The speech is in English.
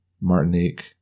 Martinique